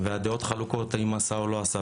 והדעות חלוקות האם עשה או לא עשה,